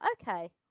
okay